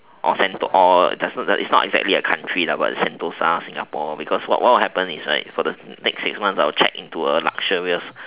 or sento~ or does not it's not exactly a country lah but it's sentosa Singapore because what will happen is like for the next six month is that I would check in to a luxurious